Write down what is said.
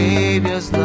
Savior's